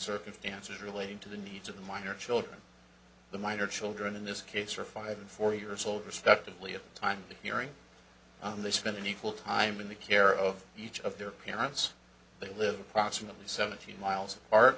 circumstances relating to the needs of the minor children the minor children in this case are five and four years old respectively of time hearing on the spend an equal time in the care of each of their parents they live approximately seventeen miles apart